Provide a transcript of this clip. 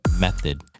method